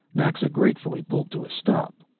naxa gratefully pulled to a stop.